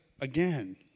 again